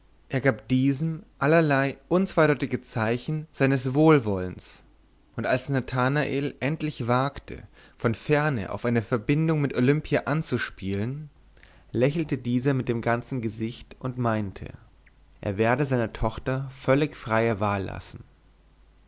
er gab diesem allerlei unzweideutige zeichen seines wohlwollens und als es nathanael endlich wagte von ferne auf eine verbindung mit olimpia anzuspielen lächelte dieser mit dem ganzen gesicht und meinte er werde seiner tochter völlig freie wahl lassen